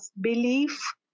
belief